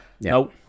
No